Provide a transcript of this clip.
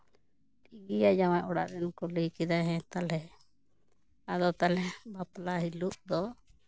ᱴᱷᱤᱠ ᱜᱮᱭᱟ ᱡᱟᱶᱟᱭ ᱚᱲᱟᱜ ᱨᱮᱱ ᱠᱚ ᱞᱟᱹᱭ ᱠᱮᱫᱟ ᱦᱮᱸ ᱛᱟᱦᱚᱞᱮ ᱟᱫᱚ ᱛᱟᱦᱚᱞᱮ ᱵᱟᱯᱞᱟ ᱦᱤᱞᱳᱜ ᱫᱚ